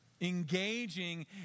engaging